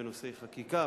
בנושאי חקיקה,